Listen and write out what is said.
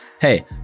Hey